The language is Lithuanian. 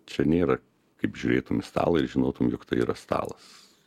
čia nėra kaip žiūrėtum į stalą ir žinotum jog tai yra stalas